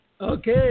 Okay